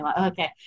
okay